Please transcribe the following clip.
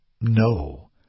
No